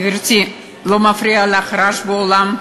גברתי, לא מפריע לך הרעש באולם?